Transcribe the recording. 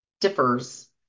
differs